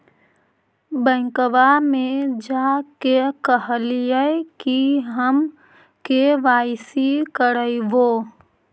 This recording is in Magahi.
बैंकवा मे जा के कहलिऐ कि हम के.वाई.सी करईवो?